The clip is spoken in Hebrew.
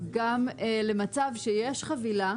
גם למצב שיש חבילה,